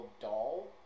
doll